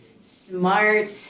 smart